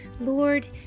Lord